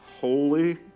holy